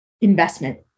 investment